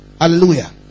Hallelujah